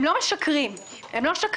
הם לא משקרים, הם לא שקרנים